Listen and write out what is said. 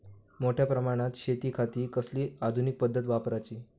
मोठ्या प्रमानात शेतिखाती कसली आधूनिक पद्धत वापराची?